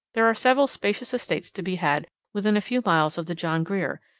there are several spacious estates to be had within a few miles of the john grier,